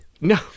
No